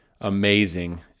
amazing